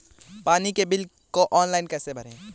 पानी के बिल को ऑनलाइन कैसे भरें?